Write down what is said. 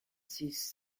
six